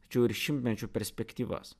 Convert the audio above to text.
tačiau ir šimtmečių perspektyvas